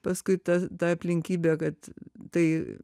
paskui tas ta aplinkybė kad tai